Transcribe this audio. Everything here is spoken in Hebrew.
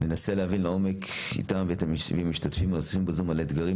ננסה להבין לעומק איתם ועם המשתתפים הנוספים בזום על האתגרים